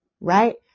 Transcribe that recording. right